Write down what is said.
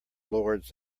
lords